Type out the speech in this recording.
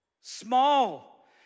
Small